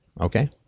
Okay